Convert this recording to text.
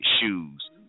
shoes